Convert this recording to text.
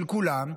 של כולם,